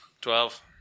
Twelve